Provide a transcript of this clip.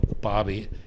Bobby